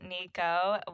Nico